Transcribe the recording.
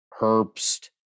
Herbst